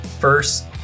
first